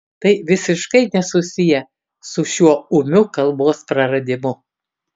tai visiškai nesusiję su šiuo ūmiu kalbos praradimu